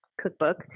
cookbook